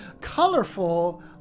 colorful